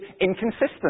inconsistent